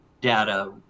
data